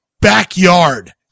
backyard